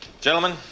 Gentlemen